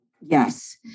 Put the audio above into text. Yes